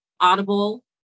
Audible